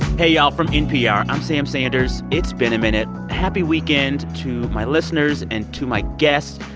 hey, y'all. from npr, i'm sam sanders. it's been a minute. happy weekend to my listeners and to my guests.